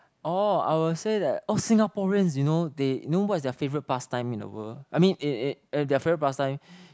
orh I would say that oh Singaporeans you know they you know what is their favorite past time in the world I mean it it their favorite past time